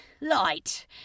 light